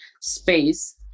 space